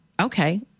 Okay